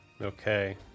Okay